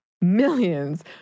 millions